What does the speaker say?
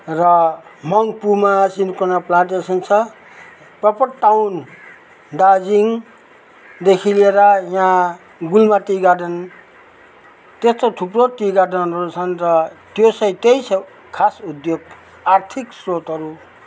र मङ्पुमा cinchona plantation छ प्रोपर टाउन दार्जिलिङदेखि लिएर यहाँ गुल्मा टी गार्डेन त्यस्तो थुप्रो टी गार्डनहरू छन् र त्यो चाहिँ त्यही छ खास उद्योग आर्थिक स्रोतहरू